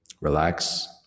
relax